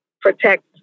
protect